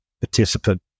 participant